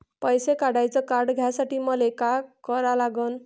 पैसा काढ्याचं कार्ड घेण्यासाठी मले काय करा लागन?